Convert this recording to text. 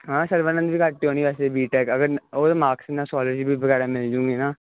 ਹਾਂ ਸਰਵਾਨੰਦ ਵੀ ਘੱਟ ਹੀ ਹੋਣੀ ਵੈਸੇ ਬੀਟੈਕ ਅਗਰ ਉਹ ਮਾਸਕ ਨਾਲ ਸਕੋਲਰਜੀ ਵਗੈਰਾ ਵੀ ਮਿਲ ਜੂਗੀ ਨਾ